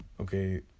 Okay